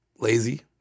lazy